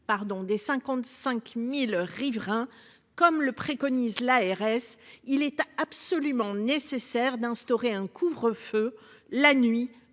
des 55.000 riverains, comme le préconise l'ARS. Il est absolument nécessaire d'instaurer un couvre-feu la nuit,